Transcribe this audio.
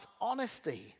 honesty